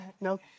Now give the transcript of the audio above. No